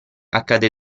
accadde